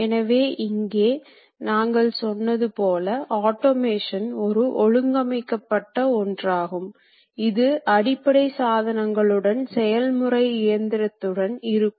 எனவே திருப்புதல் அதாவது டர்னிங் உடன் ஒப்பிடுகையில் அங்கே ஒர்கபீஸ் சுழலும்